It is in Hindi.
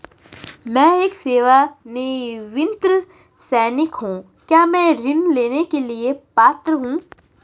मैं एक सेवानिवृत्त सैनिक हूँ क्या मैं ऋण लेने के लिए पात्र हूँ?